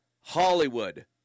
Hollywood